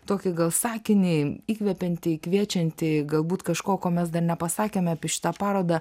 tokį gal sakinį įkvepiantį kviečiantį galbūt kažko ko mes dar nepasakėme apie šitą parodą